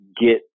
get